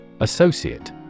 Associate